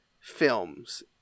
films